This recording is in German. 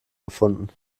gefunden